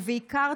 ובעיקר,